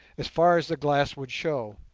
as far as the glass would show,